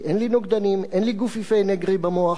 כי אין לי נוגדנים, אין לי גופיפי נגרי במוח.